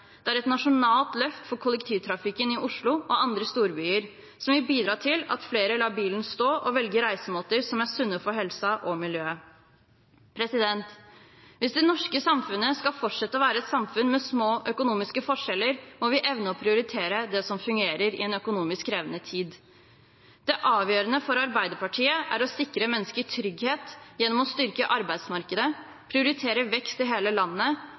Det er et nasjonalt løft for kollektivtrafikken i Oslo og andre storbyer, som vil bidra til at flere lar bilen stå og velger reisemåter som er sunne for helsa og miljøet. Hvis det norske samfunnet skal fortsette å være et samfunn med små økonomiske forskjeller, må vi evne å prioritere det som fungerer i en økonomisk krevende tid. Det avgjørende for Arbeiderpartiet er å sikre mennesker trygghet gjennom å styrke arbeidsmarkedet, prioritere vekst i hele landet